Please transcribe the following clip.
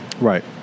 Right